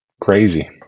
crazy